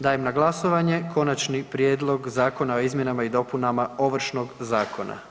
Dajem na glasovanje Konačni prijedlog zakona o izmjenama i dopunama Ovršnog zakona.